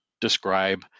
describe